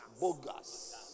Bogus